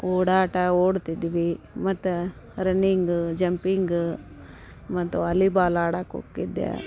ಓಡಾಟ ಓಡ್ತಿದ್ವಿ ಮತ್ತು ರನ್ನಿಂಗು ಜಂಪಿಂಗು ಮತ್ತು ವಾಲಿಬಾಲ್ ಆಡಕ್ಕೆ ಹೋಕಿದ್ದೆ